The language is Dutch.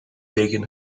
tegen